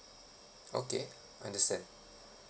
okay understand